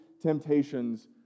temptations